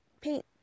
paint